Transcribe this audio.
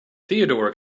theodore